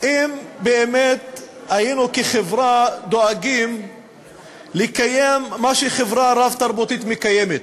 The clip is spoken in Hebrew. אם באמת כחברה היינו דואגים לקיים מה שחברה רב-תרבותית מקיימת,